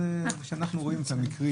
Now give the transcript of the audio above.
ככל שאנחנו מגבילים,